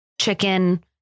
chicken